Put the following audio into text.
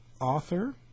author